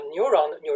neuron